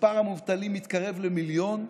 מספר המובטלים מתקרב למיליון.